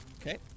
Okay